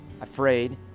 afraid